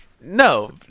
no